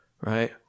right